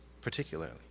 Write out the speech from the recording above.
particularly